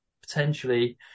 potentially